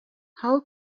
how